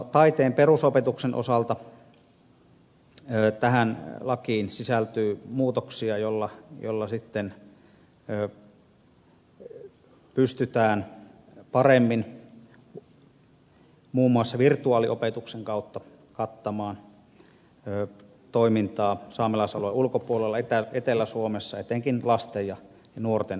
taiteen perusopetuksen osalta tähän lakiin sisältyy muutoksia joilla sitten pystytään paremmin muun muassa virtuaaliopetuksen kautta kattamaan toimintaa saamelaisalueen ulkopuolella etelä suomessa etenkin lasten ja nuorten osalta